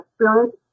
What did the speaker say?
experience